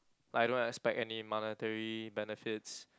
like I don't expect any monetary benefits